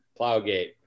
Plowgate